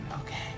okay